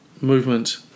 movement